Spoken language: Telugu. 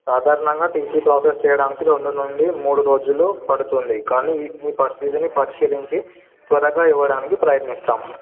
సాధారణంగా టీసీ ప్రాసెస్ చేయడానికి రెండు నుండి మూడు రోజులు పడుతుంది కానీ మీ పరిస్థితిని పరిశీలించి త్వరగా ఇవ్వడానికి ప్రయత్నిస్తాము